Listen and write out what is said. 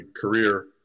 career